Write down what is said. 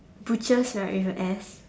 butchers right with a S